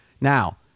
Now